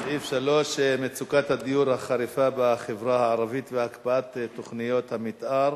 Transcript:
סעיף 3: מצוקת הדיור החריפה בחברה הערבית והקפאת תוכניות המיתאר,